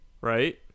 right